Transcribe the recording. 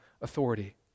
authority